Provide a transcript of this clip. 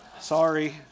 Sorry